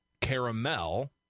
caramel